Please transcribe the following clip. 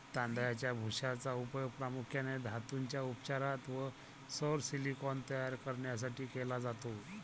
तांदळाच्या भुशाचा उपयोग प्रामुख्याने धातूंच्या उपचारात व सौर सिलिकॉन तयार करण्यासाठी केला जातो